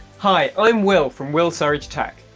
hi i'm will from will surridge tech,